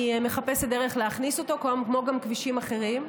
ואני מחפשת דרך להכניס אותו, כמו גם כבישים אחרים.